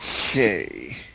Okay